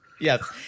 Yes